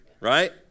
right